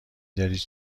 داری